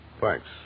Thanks